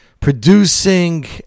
producing